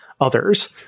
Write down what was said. others